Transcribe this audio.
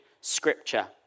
scripture